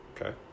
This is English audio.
okay